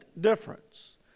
difference